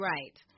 Right